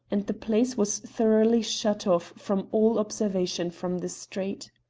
and the place was thoroughly shut off from all observation from the street.